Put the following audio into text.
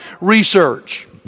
research